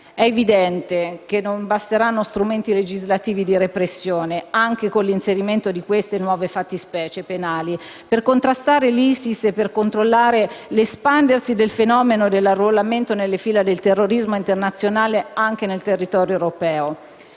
È evidente che non basteranno strumenti legislativi di repressione, anche con l'inserimento di nuove fattispecie penali, per contrastare l'ISIS o per controllare l'espandersi del fenomeno dell'arruolamento nelle file del terrorismo internazionale nel territorio europeo.